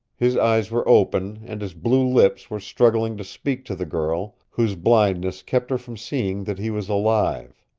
his eyes were open, and his blue lips were struggling to speak to the girl whose blindness kept her from seeing that he was alive.